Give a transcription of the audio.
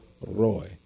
Roy